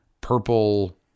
purple